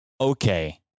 okay